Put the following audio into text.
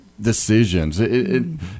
decisions